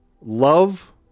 love